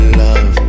love